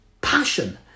passion